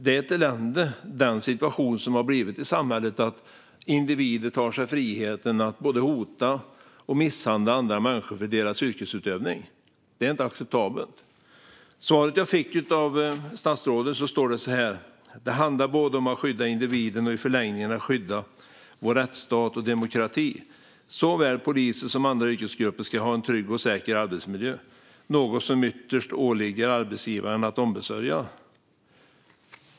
Det är ett elände, den situation som har blivit i samhället - att individer tar sig friheten att både hota och misshandla andra människor på grund av deras yrkesutövning. Det är inte acceptabelt. I svaret jag fick av statsrådet sa han så här: "Det handlar både om att skydda individen och i förlängningen om att skydda vår rättsstat och demokrati. Såväl poliser som andra yrkesgrupper ska ha en trygg och säker arbetsmiljö, något som ytterst åligger arbetsgivaren att ombesörja."